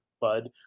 bud